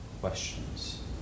questions